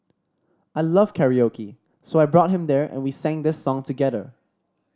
I love karaoke so I brought him there and we sang this song together